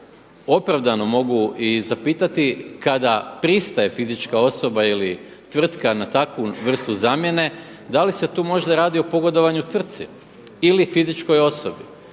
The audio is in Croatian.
opravdano mogu i zapitati kada pristaje fizička osoba ili tvrtka na takvu vrstu zamjene, da li se tu možda radi o pogodovanju tvrci ili fizičkoj osobi,